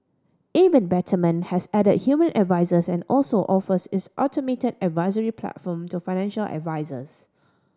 even Betterment has added human advisers and also offers its automated advisory platform to financial advisers